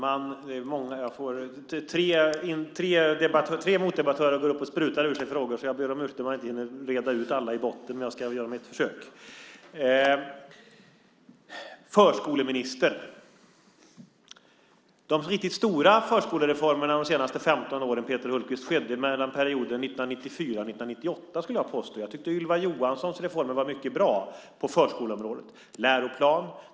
Herr talman! Tre motdebattörer går upp här och sprutar ur sig frågor, så jag ber om ursäkt om jag inte hinner reda ut alla i botten så att säga. Men jag ska göra ett försök. Apropå detta med en förskoleminister: De riktigt stora förskolereformerna under de senaste 15 åren, Peter Hultqvist, skedde under perioden 1994-1998, skulle jag vilja påstå. Jag tycker att Ylva Johanssons reformer på förskoleområdet var mycket bra. Jag tänker på läroplanen.